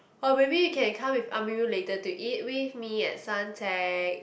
or maybe you can come with Amirul later to eat with me at Suntec